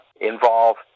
involve